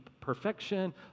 perfection